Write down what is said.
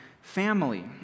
family